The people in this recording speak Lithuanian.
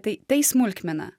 tai tai smulkmena